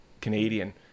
Canadian